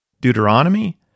Deuteronomy